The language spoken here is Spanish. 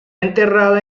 enterrada